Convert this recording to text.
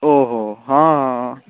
ओहो हँ हँ